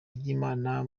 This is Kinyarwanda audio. ry’imana